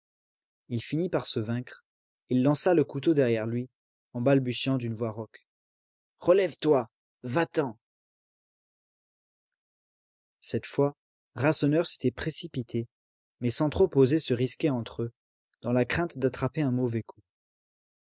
il finit par se vaincre il lança le couteau derrière lui en balbutiant d'une voix rauque relève-toi va-t'en cette fois rasseneur s'était précipité mais sans trop oser se risquer entre eux dans la crainte d'attraper un mauvais coup